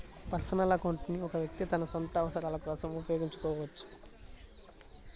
personal account ని ఒక వ్యక్తి తన సొంత అవసరాల కోసం ఉపయోగించుకోవచ్చు